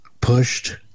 pushed